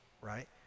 right